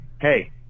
hey